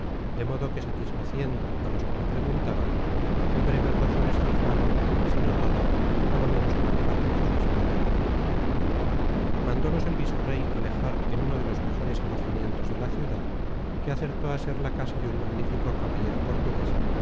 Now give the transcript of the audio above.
de modo que satisfaciendo á los que le preguntaban en breves razones cifraba si no toda á lo menos gran parte de su historia mandolos el visorey alojar en uno de los mejores alojamientos de la ciudad que acertó a ser la casa de un magnífico caballero portugues